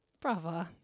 Bravo